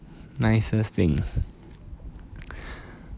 nicest thing